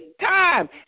time